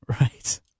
Right